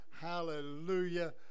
Hallelujah